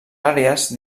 àrees